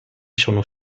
sono